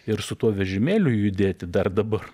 ir su tuo vežimėliu judėti dar dabar